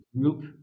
group